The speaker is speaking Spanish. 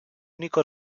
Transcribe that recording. único